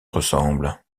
ressemblent